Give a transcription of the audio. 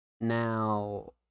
Now